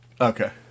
Okay